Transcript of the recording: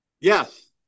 Yes